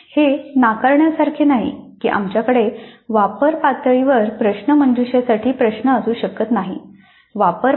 हे नाकारण्यासारखे नाही की आमच्याकडे वापर पातळीवर प्रश्नमंजुषेसाठी प्रश्न असू शकत नाहीत